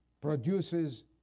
produces